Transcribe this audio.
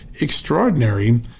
extraordinary